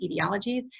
etiologies